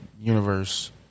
universe